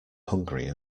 hungry